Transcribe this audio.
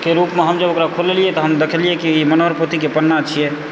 के रूपमे हम जब खोललियै तब हम देखलियै कि मनोहर पोथीक पन्ना छियैक